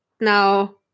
now